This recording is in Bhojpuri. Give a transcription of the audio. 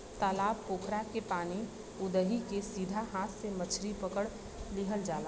तालाब पोखरा के पानी उदही के सीधा हाथ से मछरी पकड़ लिहल जाला